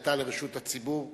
עמידתה לרשות הציבור.